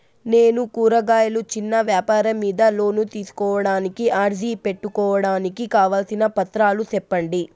నేను కూరగాయలు చిన్న వ్యాపారం మీద లోను తీసుకోడానికి అర్జీ పెట్టుకోవడానికి కావాల్సిన పత్రాలు సెప్పండి?